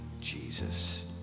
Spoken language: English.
Jesus